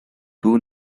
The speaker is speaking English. two